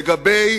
לגבי